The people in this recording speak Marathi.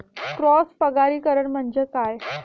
क्रॉस परागीकरण म्हणजे काय?